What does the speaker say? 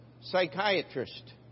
psychiatrist